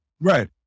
Right